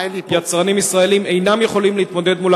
יצרנים ישראלים אינם יכולים להתמודד מול